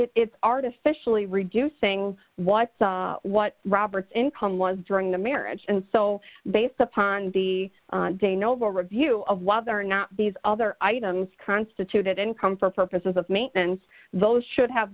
it's artificially reducing what what roberts income was during the marriage and so based upon the de novo review of whether or not these other items constituted income for purposes of maintenance those should have